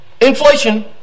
Inflation